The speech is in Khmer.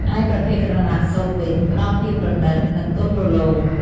ឯប្រភេទក្រណាត់សូត្រវិញ ផ្ដល់ភាពប្រណីត និងទន់រលោង។